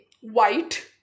white